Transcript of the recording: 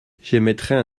j’émettrais